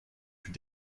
plus